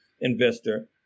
investor